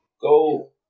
Go